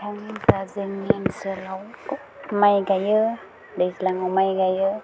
बिथांमोनफ्रा जोंनि ओनसोलाव माय गायो दैज्लाङाव माय गायो